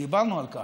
דיברנו על כך,